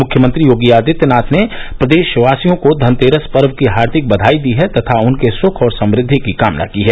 मुख्यमंत्री योगी आदित्यनाथ ने प्रदेशवासियों को धनतेरस पर्व की हार्दिक बधाई दी है तथा उनके सुख और समृद्वि की कामना की है